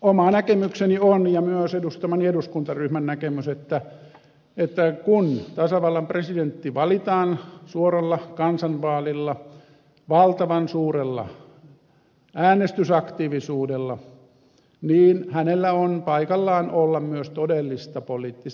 oma näkemykseni ja myös edustamani eduskuntaryhmän näkemys on että kun tasavallan presidentti valitaan suoralla kansanvaalilla valtavan suurella äänestysaktiivisuudella niin hänellä on paikallaan olla myös todellista poliittista valtaa